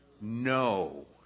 No